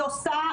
היא גם מטפלת,